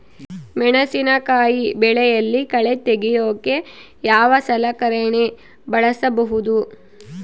ಮೆಣಸಿನಕಾಯಿ ಬೆಳೆಯಲ್ಲಿ ಕಳೆ ತೆಗಿಯೋಕೆ ಯಾವ ಸಲಕರಣೆ ಬಳಸಬಹುದು?